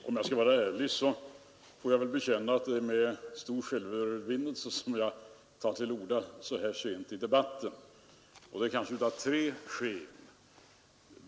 Herr talman! Om jag skall vara ärlig får jag bekänna att det är med stor självövervinnelse jag tar till orda så här sent i debatten. Min tveksamhet är föranledd av tre skäl.